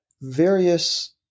various